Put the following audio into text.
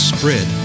Spread